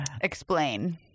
Explain